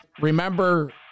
Remember